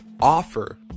offer